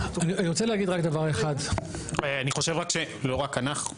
אני חושב שלא רק אנחנו.